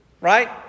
right